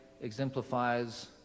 exemplifies